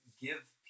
give